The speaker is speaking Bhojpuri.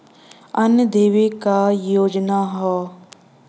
अन्न देवे क योजना हव